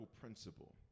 principle